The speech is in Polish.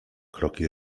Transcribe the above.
kroki